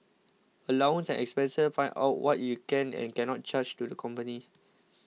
allowance and expenses find out what you can and cannot charge to the company